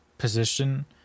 position